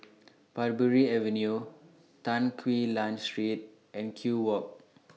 Parbury Avenue Tan Quee Lan Street and Kew Walk